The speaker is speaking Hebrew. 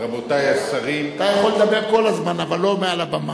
אתה יכול לדבר כל הזמן, אבל לא מעל הבמה.